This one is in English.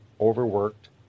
overworked